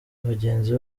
bagenzi